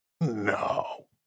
no